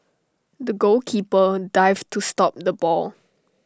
the goalkeeper dived to stop the ball